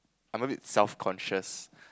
I'm a bit self conscious